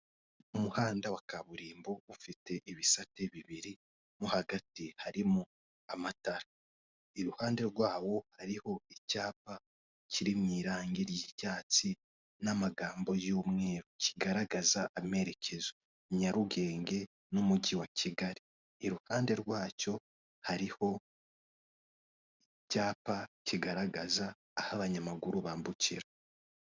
Mu muhanda wa kaburimbo ufite ibisate bibiri, mo hagati harimo amatara, iruhande rwawo hariho icyapa kiri mu irangi ry'icyatsi n'amagambo y'umweru kigaragaza amerekezo, nyarugenge n'umujyi wa kigali iruhande rwacyo hariho icyapa kigaragaza aho abanyamaguru bambukira.